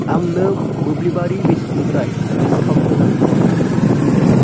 आंनो मोब्लिबारि बेसादनिफ्राय डिसकाउन्ट गोनां मुवाफोरखौ दिन्थि